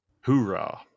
Hoorah